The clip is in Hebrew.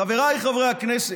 חבריי חברי הכנסת,